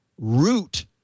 root